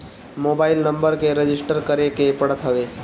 mobile number के register करे के पड़त हवे